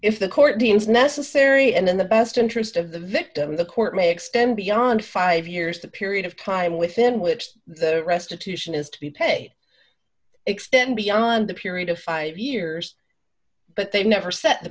if the court deems necessary and in the best interest of the victim the court may extend beyond five years the period of time within which the restitution is to be paid extend beyond the period of five years but they never set